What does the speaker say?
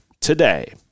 today